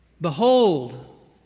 behold